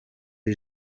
les